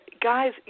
guys